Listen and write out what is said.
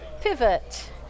Pivot